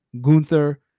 Gunther